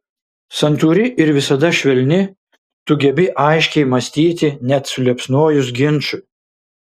santūri ir visada švelni tu gebi aiškiai mąstyti net suliepsnojus ginčui